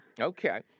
Okay